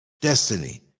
destiny